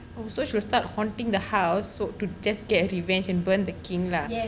oh so she will start haunting the house so to just get revenge and burn the king lah